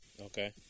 Okay